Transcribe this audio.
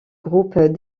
groupe